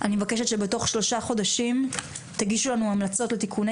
אני מבקשת שבתוך שלושה חודשים תגישו לנו המלצות לתיקוני